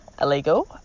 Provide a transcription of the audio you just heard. Illegal